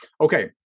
Okay